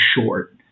short